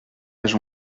âge